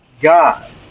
God